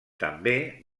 també